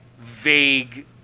vague